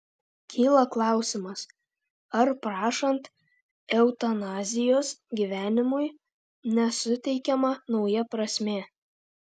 kyla klausimas ar prašant eutanazijos gyvenimui nesuteikiama nauja prasmė